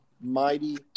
mighty